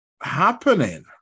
happening